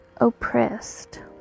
oppressed